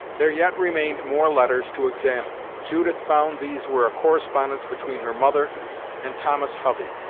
there yet remained more letters to examine. judith found these were a correspondence between her mother and thomas hovey.